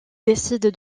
décide